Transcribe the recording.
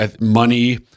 money